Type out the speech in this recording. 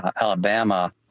Alabama